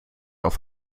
auf